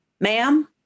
ma'am